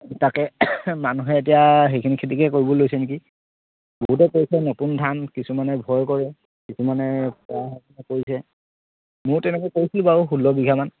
তাকে মানুহে এতিয়া সেইখিনি খেতিকে কৰিবলৈ লৈছে নেকি বহুতে কৰিছে নতুন ধান কিছুমানে ভয় কৰে কিছুমানে কৰিছে মোৰ তেনেকৈ কৰিছিলোঁ বাৰু ষোল্ল বিঘামান